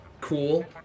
cool